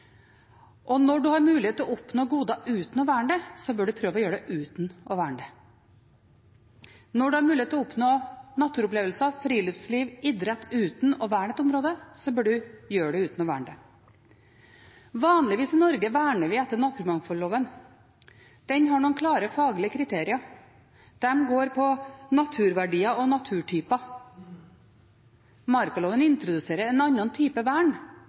Når en har mulighet til å oppnå goder uten å verne, bør en prøve å gjøre det uten å verne. Når en har mulighet til å oppnå naturopplevelser, friluftsliv og idrett uten å verne et område, bør en gjøre det uten å verne det. Vanligvis i Norge verner vi etter naturmangfoldloven. Den har noen klare faglige kriterier, og de går på naturverdier og naturtyper. Markaloven introduserer en type vern